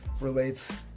relates